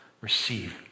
receive